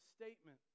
statement